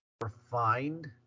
refined